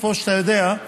כמו שאתה יודע,